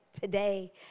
today